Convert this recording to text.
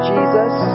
Jesus